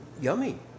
yummy